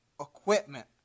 equipment